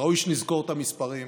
ראוי שנזכור את המספרים: